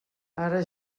ara